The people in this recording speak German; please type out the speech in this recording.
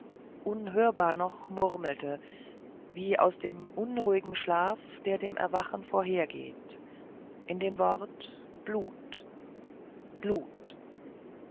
unhörbar noch murmelte wie aus dem unruhigen schlaf der dem erwachen vorhergeht in dem wort blut blut